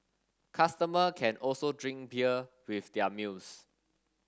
customer can also drink beer with their meals